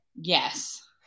yes